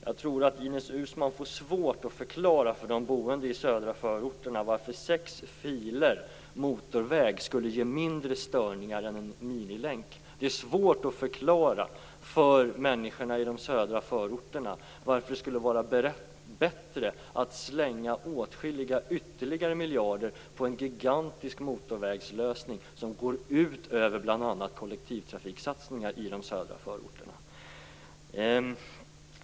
Jag tror att Ines Uusmann får svårt att förklara för de boende i de södra förorterna varför sex filer motorväg skulle ge mindre störningar än en minilänk. Det är svårt att förklara för människorna i de södra förorterna varför det skulle vara bättre att slänga åtskilliga ytterligare miljarder på en gigantisk motorvägslösning som går ut över bl.a. kollektivtrafiksatsningar i de södra förorterna.